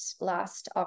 last